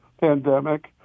pandemic